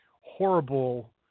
horrible